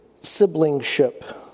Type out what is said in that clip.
siblingship